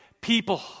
people